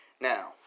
Now